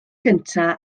gyntaf